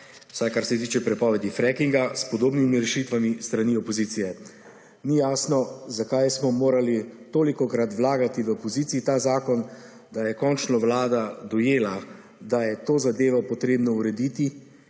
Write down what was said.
vsaj kar se tiče prepovedi frackinga s podobnimi rešitvami s strani opozicije. Ni jasno zakaj smo morali tolikokrat vlagati v opoziciji ta zakon da je končno Vlada dojela, da je to zadevo potrebno urediti,